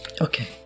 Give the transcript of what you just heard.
Okay